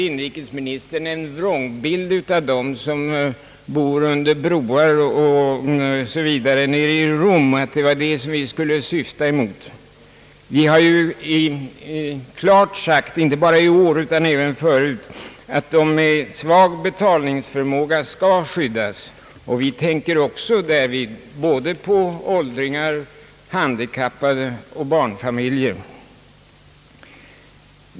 Inrikesministern målade en vrångbild av dem som bor under broar och liknande nere i Rom. Han menade att det var det vi syftade mot. Vi har ju klart sagt, inte bara i år utan även förut, att de som har en svag betalningsförmåga skall skyddas, och vi tänker därvid på såväl åldringar och handikappade som barnfamiljer.